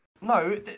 No